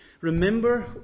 Remember